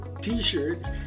t-shirts